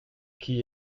qui